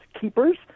keepers